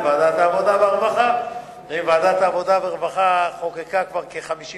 ועדת העבודה והרווחה חוקקה כבר כ-50